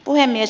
puhemies